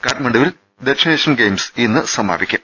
കാഠ്മണ്ഡുവിൽ ദക്ഷിണേഷ്യൻ ഗെയിംസ് ഇന്ന് സമാപി ക്കും